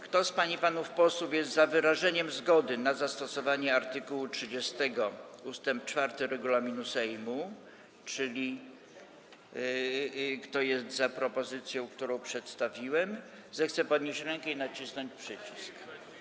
Kto z pań i panów posłów jest za wyrażeniem zgody na zastosowanie art. 30 ust. 4 regulaminu Sejmu, czyli kto jest za przyjęciem propozycji, którą przedstawiłem, zechce podnieść rękę i nacisnąć przycisk.